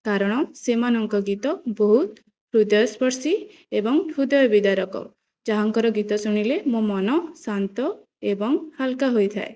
କାରଣ ସେମାନଙ୍କ ଗୀତ ବହୁତ ହୃଦୟସ୍ପର୍ଶୀ ଏବଂ ହୃଦୟ ବିଦାରକ ଯାହାଙ୍କର ଗୀତ ଶୁଣିଲେ ମୋ ମନ ଶାନ୍ତ ଏବଂ ହାଲୁକା ହୋଇଥାଏ